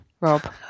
Rob